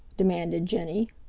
demanded jenny.